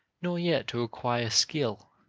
nor yet to acquire skill